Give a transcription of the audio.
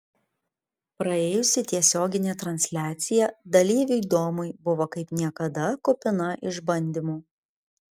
praėjusi tiesioginė transliacija dalyviui domui buvo kaip niekada kupina išbandymų